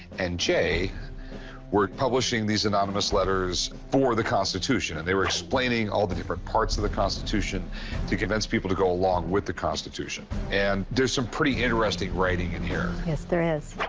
and jay were publishing these anonymous letters for the constitution. and they were explaining all the different parts of the constitution to convince people to go along with the constitution. and there's some pretty interesting writing in here. diana yes, there is.